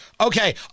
Okay